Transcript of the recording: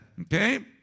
Okay